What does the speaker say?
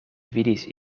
vidis